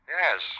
Yes